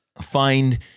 find